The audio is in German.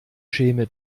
schäme